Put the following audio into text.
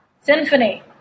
Symphony